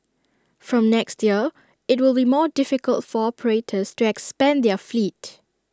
from next year IT will be more difficult for operators to expand their fleet